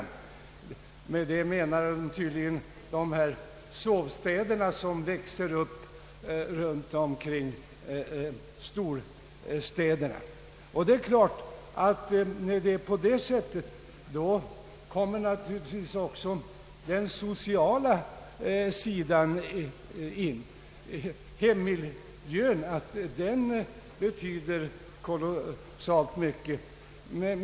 Därmed avses tydligen sovstäderna, som växer upp runt omkring storstäderna. Naturligtvis kommer då också den sociala sidan in i bilden. Hemmiljön betyder mycket.